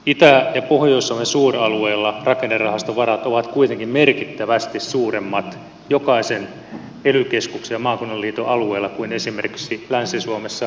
itä ja pohjois suomen suuralueilla rakennerahastovarat ovat kuitenkin merkittävästi suuremmat jokaisen ely keskuksen ja maakunnan liiton alueella kuin esimerkiksi länsi suomessa tai etelä suomessa